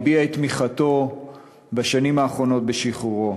הביע את תמיכתו בשנים האחרונות בשחרורו.